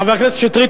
חבר הכנסת שטרית,